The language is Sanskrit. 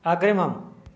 अग्रिमम्